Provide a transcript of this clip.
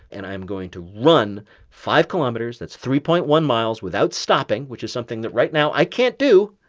and i'm going to run five kilometers that's three point one miles without stopping, which is something that, right now, i can't do.